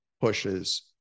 pushes